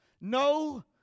No